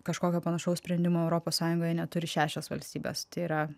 kažkokio panašaus sprendimo europos sąjungoje neturi šešios valstybės tai yra